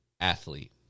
athlete